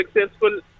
successful